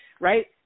right